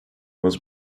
was